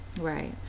Right